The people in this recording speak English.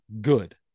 good